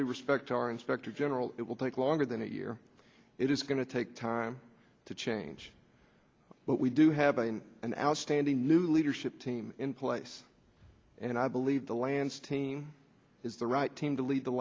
due respect to our inspector general it will take longer than a year it is going to take time to change but we do have an outstanding new leadership team in place and i believe the lance team is the right team to lead the